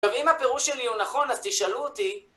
עכשיו, אם הפירוש שלי הוא נכון, אז תשאלו אותי...